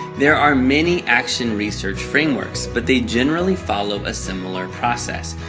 there are many action research frameworks but they generally follow a similar process.